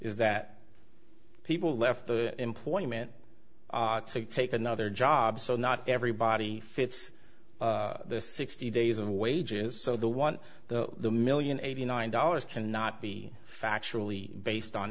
that people left the employment to take another job so not everybody fits the sixty days of wages so the one the million eighty nine dollars cannot be factually based on